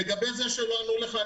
לגבי זה שלא ענו לך,